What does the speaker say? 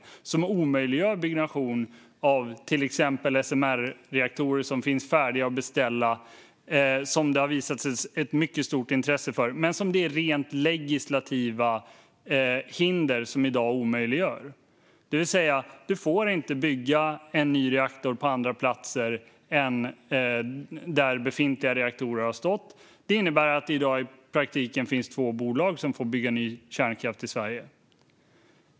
Lagstiftningen omöjliggör byggnation av till exempel SMR-reaktorer, som finns färdiga att beställa och som det har visat sig finnas ett mycket stort intresse för men som i dag omöjliggörs av rent legislativa hinder. Man får inte bygga en ny reaktor på andra platser än där befintliga reaktorer har stått. Detta innebär att det i dag i praktiken finns två bolag som får bygga ny kärnkraft i Sverige.